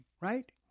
right